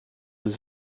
ist